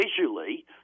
visually